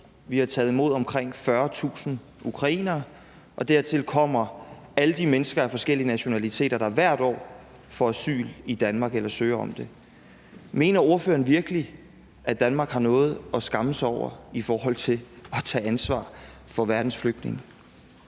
vi har taget imod omkring 40.000 ukrainere, og dertil kommer alle de mennesker af forskellige nationaliteter, der hvert år får asyl i Danmark eller søger om det. Mener ordføreren virkelig, at Danmark har noget at skamme sig over i forhold til at tage ansvar for verdens flygtninge?